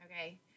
okay